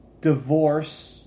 Divorce